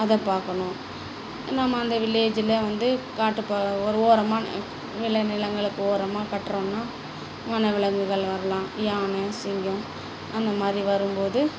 அதைப் பார்க்கணும் நாம அந்த வில்லேஜ்ல வந்து காட்டுப்பா ஒரு உரமா விளை நிலங்களுக்கு உரமா கட்ரோமுன்னா வனவிலங்குகள் வரலாம் யானை சிங்கம் அந்தமாதிரி வரும்போது